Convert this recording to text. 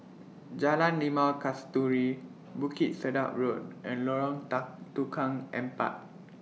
Jalan Limau Kasturi Bukit Sedap Road and Lorong Dark Tukang Empat